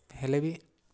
ହେଲେ ବି